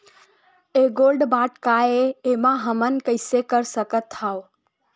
ये gold bond काय ए एमा हमन कइसे कर सकत हव?